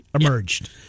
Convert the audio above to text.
Emerged